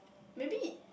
maybe